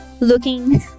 Looking